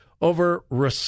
over